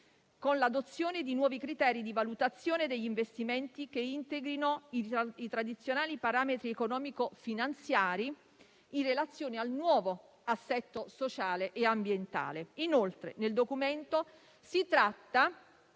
con l'adozione di nuovi criteri di valutazione degli investimenti che integrino i tradizionali parametri economico-finanziari, in relazione al nuovo assetto sociale e ambientale. Inoltre, nel Documento si tratta